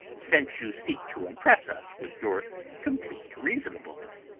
since you seek to impress us with your complete reasonableness.